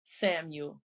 Samuel